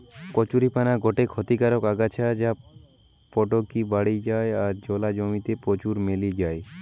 কচুরীপানা গটে ক্ষতিকারক আগাছা যা পটকি বাড়ি যায় আর জলা জমি তে প্রচুর মেলি যায়